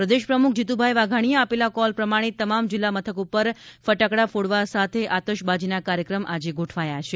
પ્રદેશ પ્રમુખ જીતુભાઇ વાઘાણીએ આપેલા કોલ પ્રમાણે તમામ જિલ્લા મથક ઉપર ફટાકડા ફોડવા સાથે આતશબાજીના કાર્યક્રમ આજે ગોઠવાયા છે